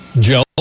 Joe